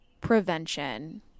prevention